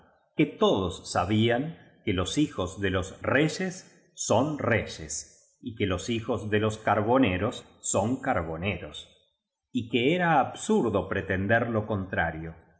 que todos sabían que los hijos de los reyes son reyes y que los hijos de los carboneros son carbone ros y que era absurdo pretender lo contrario